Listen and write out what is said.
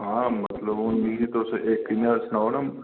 हां मतलब मिं तुस इक इयां सनाओ ना